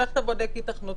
ואיך אתה בודק היתכנות?